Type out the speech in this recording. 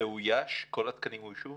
כל התקנים אוישו?